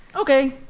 okay